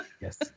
Yes